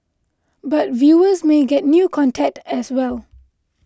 but viewers may get new content as well